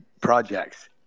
projects